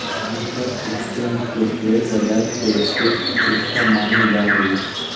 stock exchange के share बाजार के एक हिस्सा मानल जा हई